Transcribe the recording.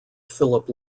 philip